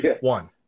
One